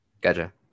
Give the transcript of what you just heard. Gotcha